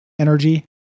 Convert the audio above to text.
energy